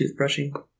toothbrushing